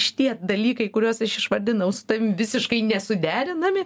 šitie dalykai kuriuos aš išvardinau su tavim visiškai nesuderinami